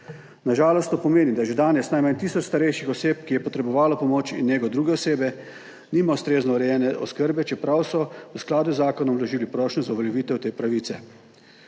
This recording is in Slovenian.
Na žalost to pomeni, da že danes najmanj tisoč starejših oseb, ki je potrebovalo pomoč in nego druge osebe, nima ustrezno urejene oskrbe, čeprav so v skladu z zakonom vložili prošnjo za uveljavitev te pravice.